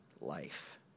life